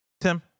Tim